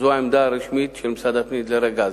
זו העמדה הרשמית של משרד הפנים עד לרגע הזה.